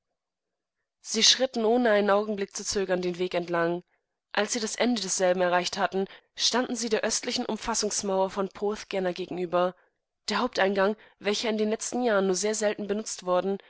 sie schritten ohne noch einen augenblick zu zögern den weg entlang als sie das ende desselben erreicht hatten standen sie der östlichen umfassungsmauer von porthgennatowergegenüber derhaupteingang welcherindenletztenjahrennursehr selten benutzt worden